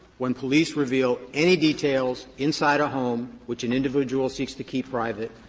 when police reveal any details inside a home which an individual seeks to keep private,